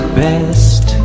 best